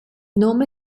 nome